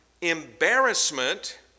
embarrassment